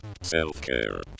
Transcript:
Self-care